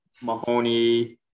Mahoney